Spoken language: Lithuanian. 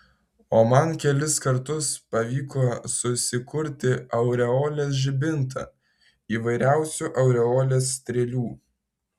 o man kelis kartus pavyko susikurti aureolės žibintą įvairiausių aureolės strėlių